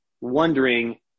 wondering